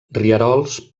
rierols